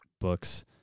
books